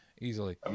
easily